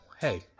hey